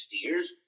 steers